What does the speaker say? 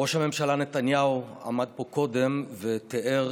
ראש הממשלה נתניהו עמד פה קודם ותיאר